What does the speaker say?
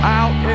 out